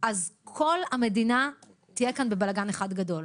אז כל המדינה תהיה כאן בבלגן אחד גדול.